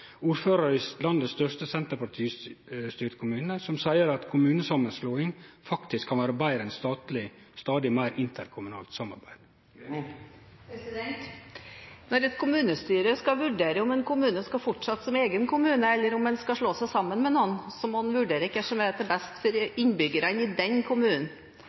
ordførar i den største Senterparti-styrte kommunen i landet, som seier at kommunesamanslåing faktisk kan vere betre enn stadig meir interkommunalt samarbeid? Når et kommunestyre skal vurdere om kommunen skal fortsette som egen kommune eller slå seg sammen med noen, må man vurdere hva som er til beste for innbyggerne i den kommunen.